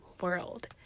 world